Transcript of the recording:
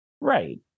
Right